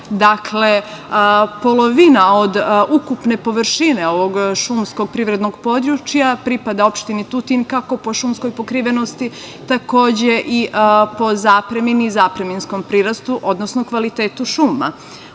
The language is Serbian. Dakle, polovina od ukupne površine ovog šumskog privrednog područja pripada opštini Tutin, kako po šumskoj pokrivenosti, takođe i po zapremini, zapreminskom prirastu, odnosno kvalitetu šuma. Ono